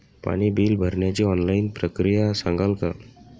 पाणी बिल भरण्याची ऑनलाईन प्रक्रिया सांगाल का?